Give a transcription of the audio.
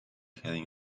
heading